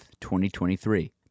2023